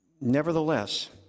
Nevertheless